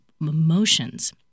emotions